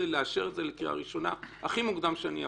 ולאשר לקריאה ראשונה הכי מוקדם שאני יכול.